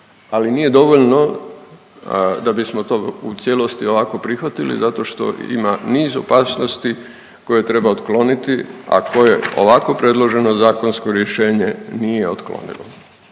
ali nije dovoljno da bismo to u cijelosti ovako prihvatili zato što ima niz opasnosti koje treba otkloniti, a koje ovako predloženo zakonsko rješenje nije otklonjeno